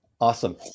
Awesome